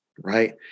right